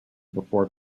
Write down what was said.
before